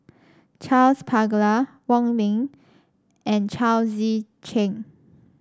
Charles Paglar Wong Ming and Chao Tzee Cheng